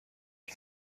you